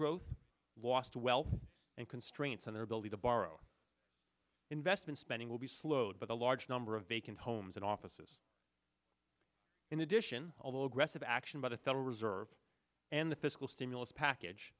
growth wast wealth and constraints and their ability to borrow investment spending will be slowed by the large number of vacant homes and offices in addition although aggressive action by the federal reserve and the fiscal stimulus package